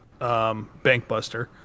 bankbuster